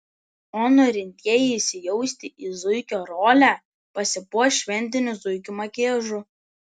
o norintieji įsijausti į zuikio rolę pasipuoš šventiniu zuikio makiažu